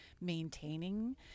maintaining